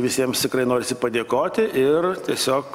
visiems tikrai norisi padėkoti ir tiesiog